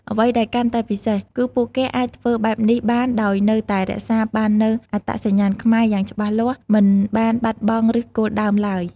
អ្វីដែលកាន់តែពិសេស គឺពួកគេអាចធ្វើបែបនេះបានដោយនៅតែ រក្សាបាននូវអត្តសញ្ញាណខ្មែរ យ៉ាងច្បាស់លាស់ មិនបានបាត់បង់ឫសគល់ដើមឡើយ។